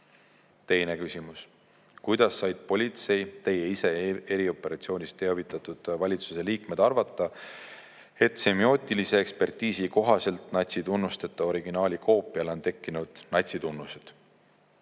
Teine küsimus: "Kuidas said politsei, Teie ise ja erioperatsioonist teavitatud valitsuse liikmed arvata, et semiootilise ekspertiisi kohaselt natsitunnusteta originaali koopial on tekkinud natsitunnused?"